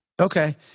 Okay